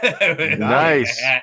nice